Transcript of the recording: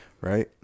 Right